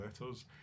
Letters